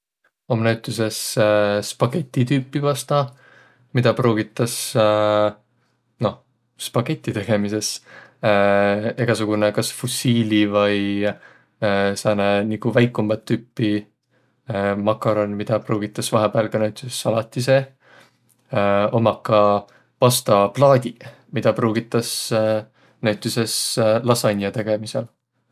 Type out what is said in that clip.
Om näütüses spageti tüüpi pasta, midä pruugitas noh spagette tegemises, egäsugunõ kas fussiili vai sääne nigu väikumbat tüüpi makaron, midä pruugitas vahepääl ka näütüses salati seeh. Ommaq ka pastaplaadiq, midä pruugitas näütüses lasanje tegemisel.